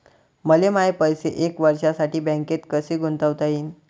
मले माये पैसे एक वर्षासाठी बँकेत कसे गुंतवता येईन?